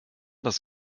das